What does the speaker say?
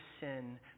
sin